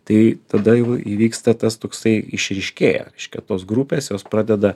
tai tada jau įvyksta tas toksai išryškėja reiškia tos grupės jos pradeda